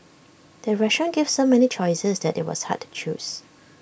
the restaurant gave so many choices that IT was hard to choose